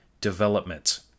Development